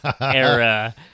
era